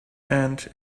and